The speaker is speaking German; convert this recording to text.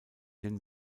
den